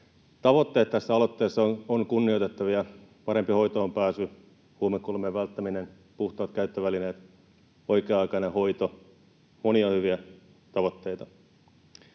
Tavoitteet tässä aloitteessa ovat kunnioitettavia: parempi hoitoonpääsy, huumekuolemien välttäminen, puhtaat käyttövälineet, oikea-aikainen hoito. Monia hyviä tavoitteita.